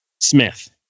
Smith